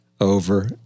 over